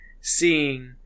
seeing